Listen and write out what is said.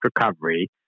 recovery